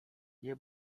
nie